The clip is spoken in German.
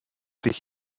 sich